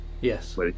yes